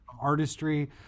artistry